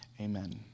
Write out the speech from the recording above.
Amen